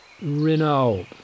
Renault